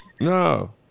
No